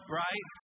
right